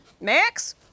Max